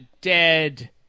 dead